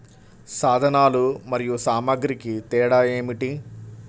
సాధనాలు మరియు సామాగ్రికి తేడా ఏమిటి?